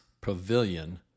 pavilion